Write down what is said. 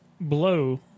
blow